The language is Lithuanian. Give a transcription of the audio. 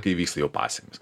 kai vyksta jau pasekmės